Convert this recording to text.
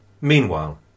Meanwhile